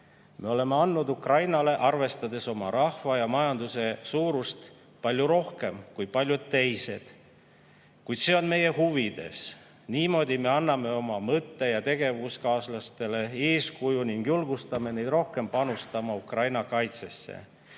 Me oleme andnud Ukrainale, arvestades oma rahva ja majanduse suurust, märksa rohkem kui paljud teised. Kuid see on meie huvides. Niimoodi me anname oma mõtte- ja tegevuskaaslastele eeskuju ning julgustame neid rohkem panustama Ukraina kaitsesse